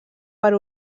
per